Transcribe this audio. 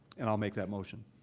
and i'll make that motion.